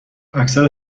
اکثر